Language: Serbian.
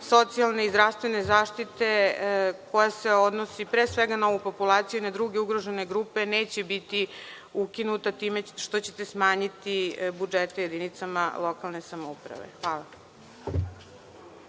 socijalne i zdravstvene zaštite koja se odnosi pre svega na ovu populaciju i na druge ugrožene grupe neće biti ukinuta time što ćete smanjiti budžete jedinicama lokalnih samouprava? Hvala.